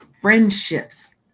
friendships